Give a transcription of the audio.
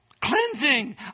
Cleansing